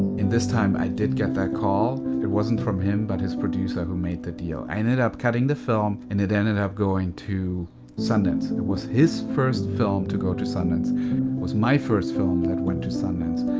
and this time i did get that call. it wasn't from him, but his producer who made the deal. i ended up cutting the film, and it ended up going to sundance. and it was his first film to go to sundance. it was my first film that went to sundance.